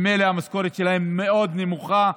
ממילא המשכורת שלהם היא מאוד נמוכה,